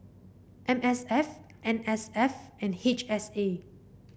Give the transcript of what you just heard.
M S F N S F and H S A